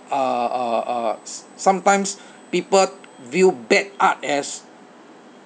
uh uh uh sometimes people view bad art as